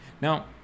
now